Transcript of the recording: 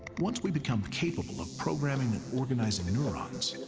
once we become capable of programming and organizing neurons,